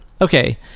okay